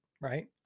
right